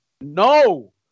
No